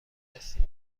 دانستیم